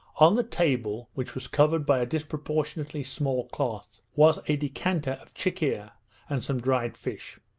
on the table, which was covered by a disproportionately small cloth, was a decanter of chikhir and some dried fish.